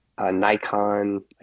Nikon